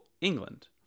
england